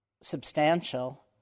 substantial